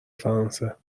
فرانسه